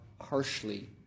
harshly